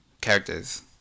characters